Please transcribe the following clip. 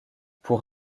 pour